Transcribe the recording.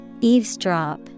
Eavesdrop